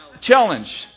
challenge